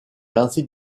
lancer